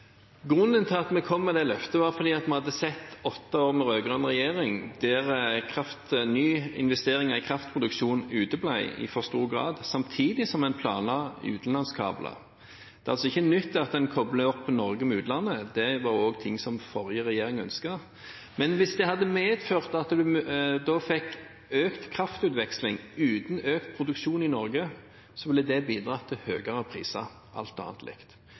Grunnen til at vi kom med det løftet, var at vi hadde sett åtte år med rød-grønn regjering hvor nye investeringer i kraftproduksjon uteble i for stor grad, samtidig som en planla utenlandskabler. Det er ikke nytt at en kobler opp Norge med utlandet, det var også noe den forrige regjeringen ønsket. Men hvis det hadde medført at en da fikk økt kraftutveksling uten økt produksjon i Norge, ville det bidratt til høyere priser, alt annet likt.